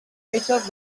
peces